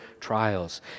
trials